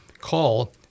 call